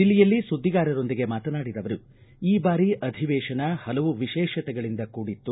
ದಿಲ್ಲಿಯಲ್ಲಿ ಸುದ್ದಿಗಾರರೊಂದಿಗೆ ಮಾತನಾಡಿದ ಅವರು ಈ ಬಾರಿ ಅಧಿವೇಶನ ಹಲವು ವಿಶೇಷತೆಗಳಿಂದ ಕೂಡಿತ್ತು